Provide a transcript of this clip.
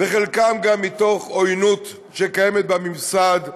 וחלקן גם מתוך עוינות שקיימת בממסד,